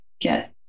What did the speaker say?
get